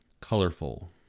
colorful